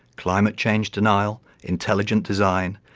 climate change denial, intelligent design,